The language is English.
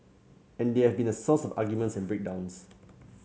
and they have been the source of arguments and break downs